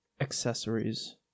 accessories